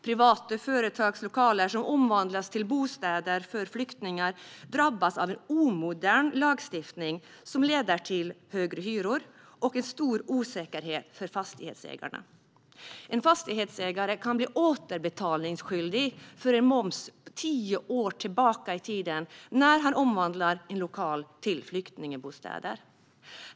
Privata företag som omvandlar lokaler till bostäder för flyktingar drabbas av en omodern lagstiftning. Den leder till högre hyror och en stor osäkerhet för fastighetsägarna. En fastighetsägare kan bli återbetalningsskyldig för moms tio år tillbaka i tiden när han omvandlar en lokal till flyktingbostäder.